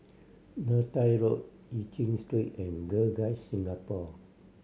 Neythai Road Eu Chin Street and Girl Guides Singapore